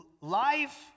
life